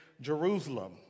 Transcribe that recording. Jerusalem